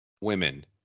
women